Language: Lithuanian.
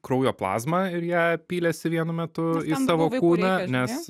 kraujo plazmą ir ją pylėsi vienu metu į savo kūną nes